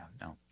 No